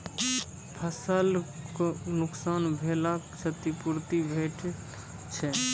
फसलक नुकसान भेलाक क्षतिपूर्ति भेटैत छै?